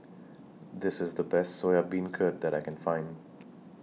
This IS The Best Soya Beancurd that I Can Find